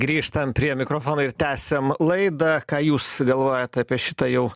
grįžtam prie mikrofono ir tęsiam laidą ką jūs galvojat apie šitą jau